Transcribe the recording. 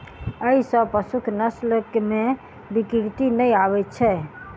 एहि सॅ पशुक नस्ल मे विकृति नै आबैत छै